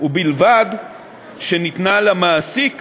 ובלבד שניתנה למעסיק